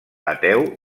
ateu